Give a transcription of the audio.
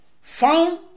found